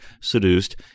seduced